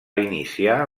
iniciar